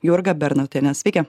jurga bernotienė sveiki